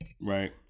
right